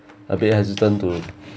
a bit hesitant to